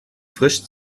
frisch